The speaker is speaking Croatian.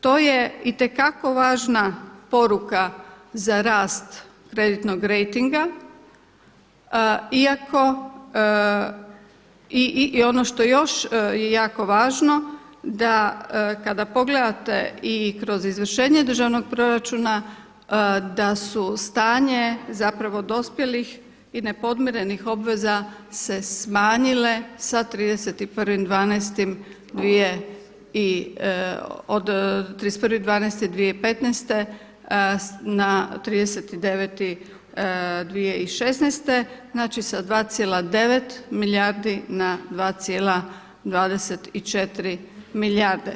To je itekako važna poruka za rast kreditnog rejtinga iako i ono što još je jako važno da kada pogledate i kroz izvršenje državnog proračuna da su stanje za prvo dospjelih i nepodmirenih obveza se smanjile sa 31.12.2015. na 39 2016., znači sa 2,9 milijardi na 2,24 milijarde.